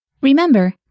Remember